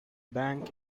bank